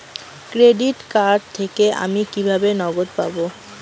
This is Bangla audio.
ক্রেডিট কার্ড থেকে আমি কিভাবে নগদ পাব?